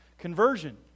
Conversion